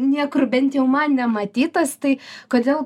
niekur bent jau man nematytas tai kodėl